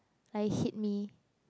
I hit me